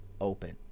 open